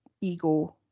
ego